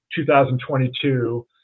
2022